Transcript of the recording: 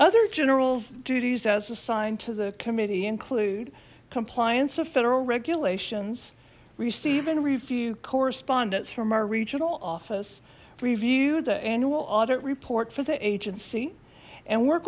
other general's duties as assigned to the committee include compliance of federal regulations receive and review correspondence from our regional office review the annual audit report for the agency and work